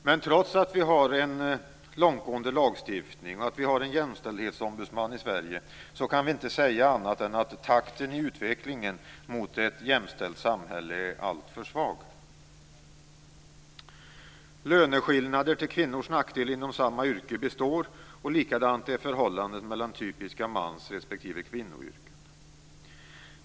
Men trots att vi har en långtgående lagstiftning och trots att vi har en jämställdhetsombudsman i Sverige kan vi inte säga annat än att takten i utvecklingen mot ett jämställt samhälle är alltför svag. Löneskillnader till kvinnors nackdel inom samma yrke består, och likadant är förhållandet mellan typiska mans respektive kvinnoyrken.